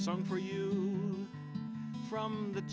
song for you from the